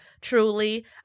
truly